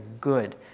good